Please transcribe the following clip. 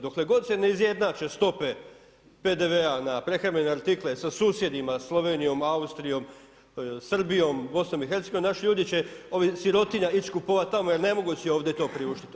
Dokle god se ne izjednače stope PDV-a na prehrambene artikle sa susjedima Slovenijom, Austrijom, Srbijom, BiH, naši ljudi će ova sirotinja ići kupovat tamo jer ne mogu si ovdje to priuštit.